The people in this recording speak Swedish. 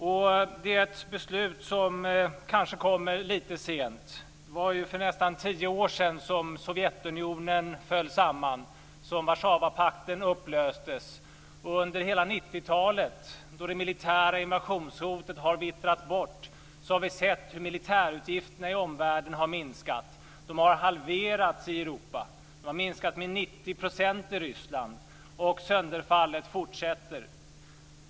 Det är ett beslut som kanske kommer lite sent. Det var ju för nästan tio år sedan som Sovjetunionen föll samman och som Warszawapakten upplöstes. Under hela 90-talet, då det militära invasionshotet har vittrat bort, har vi sett hur militärutgifterna i omvärlden har minskat. De har halverats i Europa och minskat med 90 % i Ryssland, och sönderfallet fortsätter.